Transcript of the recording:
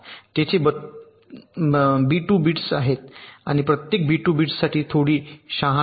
तेथे b२ बिट्स आहेत आणि हे प्रत्येक b२ बिटसाठी थोडी शहाणा आहे